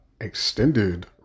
extended